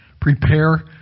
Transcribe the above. Prepare